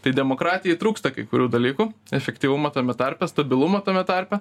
tai demokratijai trūksta kai kurių dalykų efektyvumo tame tarpe stabilumo tame tarpe